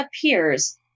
appears